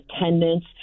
attendance